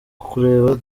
kukureba